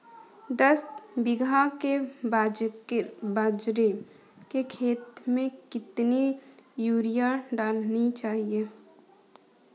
दस बीघा के बाजरे के खेत में कितनी यूरिया डालनी चाहिए?